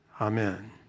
Amen